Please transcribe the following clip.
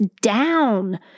down